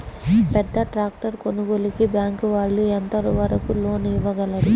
పెద్ద ట్రాక్టర్ కొనుగోలుకి బ్యాంకు వాళ్ళు ఎంత వరకు లోన్ ఇవ్వగలరు?